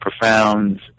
profound